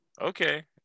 Okay